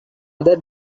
other